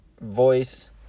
voice